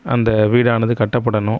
அந்த வீடானது கட்ட படணும்